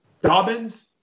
Dobbins